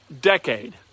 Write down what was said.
decade